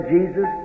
Jesus